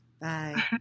Bye